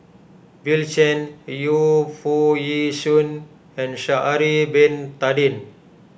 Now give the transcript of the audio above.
Bill Chen Yu Foo Yee Shoon and Sha'ari Bin Tadin